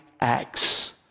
acts